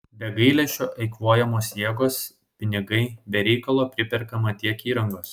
be gailesčio eikvojamos jėgos pinigai be reikalo priperkama tiek įrangos